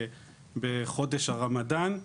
בחודש הרמדאן,